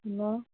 hello